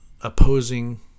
opposing